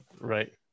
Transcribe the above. Right